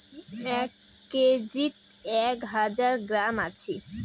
এক কেজিত এক হাজার গ্রাম আছি